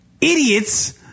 idiots